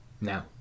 Now